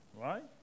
right